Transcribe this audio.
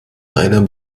einer